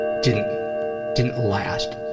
didn't didn't last.